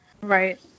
Right